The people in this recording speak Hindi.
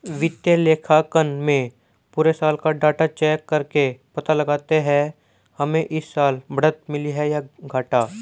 वित्तीय लेखांकन में पुरे साल का डाटा चेक करके पता लगाते है हमे इस साल बढ़त मिली है या घाटा